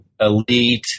elite